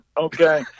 Okay